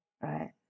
right